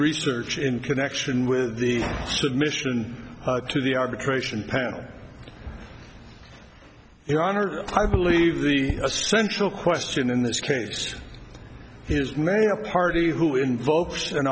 research in connection with the submission to the arbitration panel your honor i believe the essential question in this case is many a party who invokes an